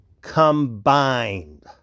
combined